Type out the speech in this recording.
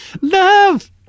love